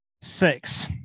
Six